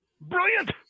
Brilliant